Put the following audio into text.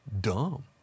dumb